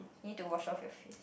you need to wash off your face